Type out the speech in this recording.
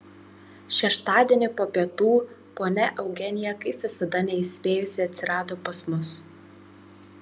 šeštadienį po pietų ponia eugenija kaip visada neįspėjusi atsirado pas mus